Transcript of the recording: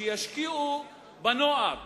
שישקיעו בנוער